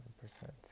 percent